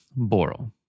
Boral